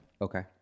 Okay